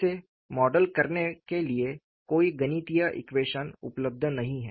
इसे मॉडल करने के लिए कोई गणितीय ईक्वेशन उपलब्ध नहीं है